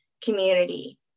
community